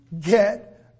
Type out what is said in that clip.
get